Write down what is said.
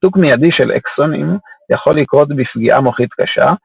ניתוק מיידי של אקסונים יכול לקרות בפגיעה מוחית קשה,